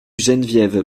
geneviève